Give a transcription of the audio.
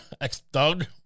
ex-thug